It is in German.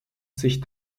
sich